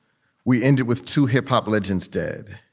we ended with two hip hop legends dead.